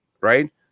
Right